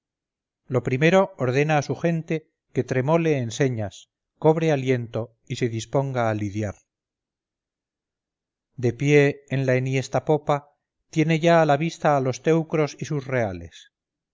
lo primero ordena a su gente que tremole enseñas cobre aliento y se disponga a lidiar de pie en la enhiesta popa tiene ya a la vista a los teucros y sus reales